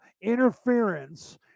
interference